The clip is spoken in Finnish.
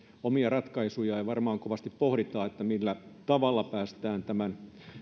omia ratkaisujaan ja varmaan kovasti pohditaan millä tavalla päästään tämän